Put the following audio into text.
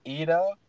Ida